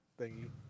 thingy